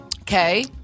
Okay